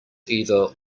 either